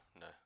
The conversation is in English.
no